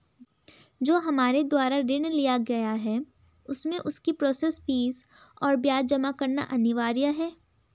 जो हमारे द्वारा ऋण लिया गया है उसमें उसकी प्रोसेस फीस और ब्याज जमा करना अनिवार्य है?